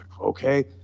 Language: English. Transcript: Okay